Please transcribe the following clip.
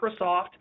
microsoft